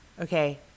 Okay